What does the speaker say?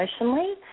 emotionally